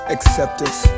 Acceptance